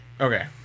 Okay